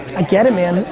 i get it man,